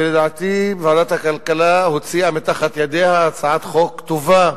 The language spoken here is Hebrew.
ולדעתי ועדת הכלכלה הוציאה מתחת ידיה הצעת חוק טובה.